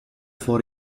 for